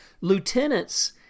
lieutenants